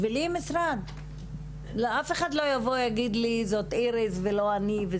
בשבילי זה המשרד ולכן אף אחד לא יבוא ויגיד לי: זאת איריס וזו לא אני.